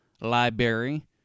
library